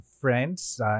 friends